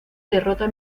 derrota